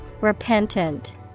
Repentant